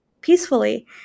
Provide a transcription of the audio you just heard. peacefully